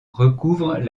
recouvrent